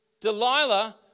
Delilah